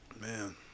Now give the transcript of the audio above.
Man